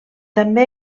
també